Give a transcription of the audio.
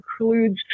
includes